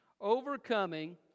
Overcoming